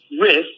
risk